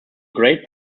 great